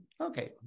okay